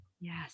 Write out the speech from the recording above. Yes